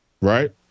right